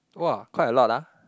(woah) quite a lot ah